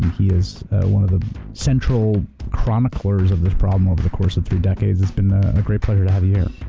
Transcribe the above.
he is one of the central chroniclers of this problem over the course of three decades. it's been a great pleasure to have you here.